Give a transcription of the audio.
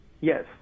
Yes